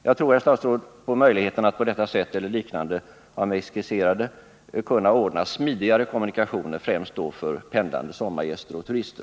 Jag tror, herr statsråd, på möjligheterna att vi på det sätt som jag skisserat eller på liknande sätt skall kunna ordna smidigare kommunikationer, och då främst för pendlande sommargäster och turister.